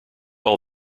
all